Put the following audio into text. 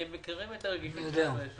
כי הם מכירים את הרגישות של המשימה.